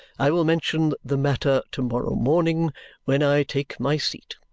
i will mention the matter to-morrow morning when i take my seat.